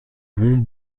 monts